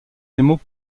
démos